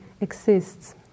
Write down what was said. exists